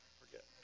Forget